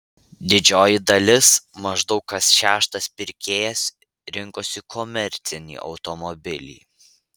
didžioji dalis maždaug kas šeštas pirkėjas rinkosi komercinį automobilį